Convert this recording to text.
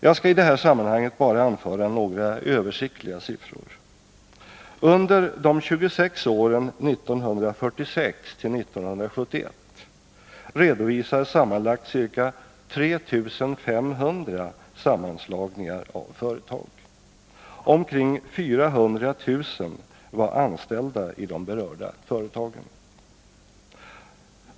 Jag skall i det här sammanhanget bara anföra några översiktliga siffror. Under de 26 åren 1946-1971 redovisades sammanlagt ca 3 500 sammanslagningar av företag. Omkring 400 000 var anställda i de berörda företagen.